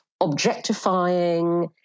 objectifying